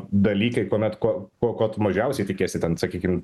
dalykai kuomet ko ko ko tu mažiausiai tikiesi ten sakykim